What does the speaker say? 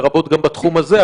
לרבות גם בתחום הזה,